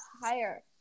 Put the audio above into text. higher